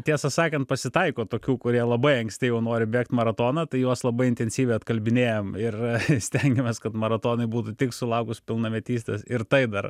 tiesą sakant pasitaiko tokių kurie labai anksti jau nori bėgt maratoną tai juos labai intensyviai atkalbinėjam ir stengiamės kad maratonui būtų tik sulaukus pilnametystės ir tai dar